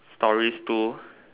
stories two